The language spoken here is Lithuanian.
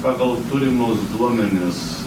pagal tulimus duomenis